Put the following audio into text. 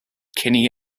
kinney